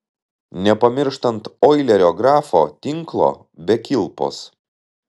nepamirštant oilerio grafo tinklo be kilpos